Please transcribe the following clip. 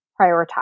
prioritize